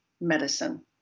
medicine